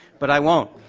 but i won't.